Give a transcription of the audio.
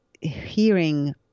hearing